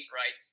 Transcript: right